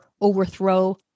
overthrow